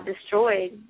destroyed